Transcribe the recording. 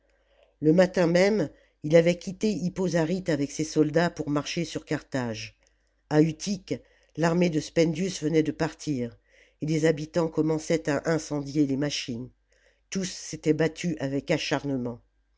le matin même il avait quitté hippo zarjte avec ses soldats pour marcher sur carthage a utique l'armée de spendius venait de partir et les habitants commençaient à incendier les machines tous s'étaient battus avec acharnement